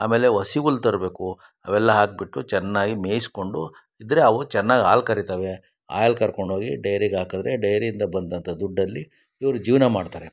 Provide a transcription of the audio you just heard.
ಆಮೇಲೆ ಹಸಿ ಹುಲ್ ತರಬೇಕು ಅವೆಲ್ಲ ಹಾಕಿಬಿಟ್ಟು ಚೆನ್ನಾಗಿ ಮೇಯ್ಸ್ಕೊಂಡು ಇದ್ದರೆ ಅವು ಚೆನ್ನಾಗಿ ಹಾಲ್ ಕರಿತಾವೆ ಹಾಲ್ ಕರ್ಕೊಂಡು ಹೋಗಿ ಡೈರಿಗೆ ಹಾಕದ್ರೆ ಡೈರಿಯಿಂದ ಬಂದಂತಹ ದುಡ್ಡಲ್ಲಿ ಇವರು ಜೀವನ ಮಾಡ್ತಾರೆ